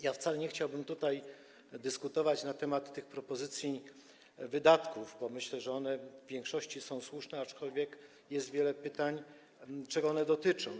Ja wcale nie chciałbym tutaj dyskutować na temat propozycji wydatków, bo myślę, że one w większości są słuszne, aczkolwiek jest wiele pytań odnośnie do tego, czego one dotyczą.